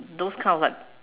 those kind of like